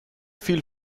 fiel